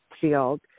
field